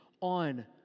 on